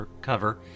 cover